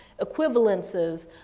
equivalences